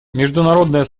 международное